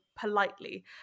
politely